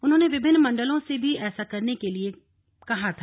उन्होंने विभिन्न मंडलों से भी ऐसा करने के लिए कहा था